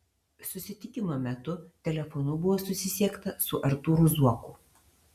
susitikimo metu telefonu buvo susisiekta ir su artūru zuoku